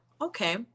okay